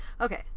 Okay